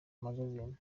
magazine